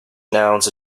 nouns